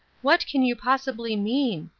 what can you possibly mean?